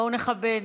בואו נכבד.